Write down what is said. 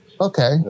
Okay